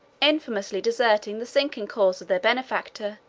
infamously deserted the sinking cause of their benefactor,